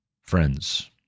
friends